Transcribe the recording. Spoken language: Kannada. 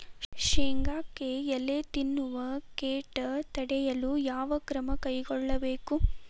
ಶೇಂಗಾಕ್ಕೆ ಎಲೆ ತಿನ್ನುವ ಕೇಟ ತಡೆಯಲು ಯಾವ ಕ್ರಮ ಕೈಗೊಳ್ಳಬೇಕು?